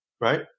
right